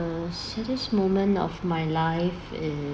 saddest moment of my life is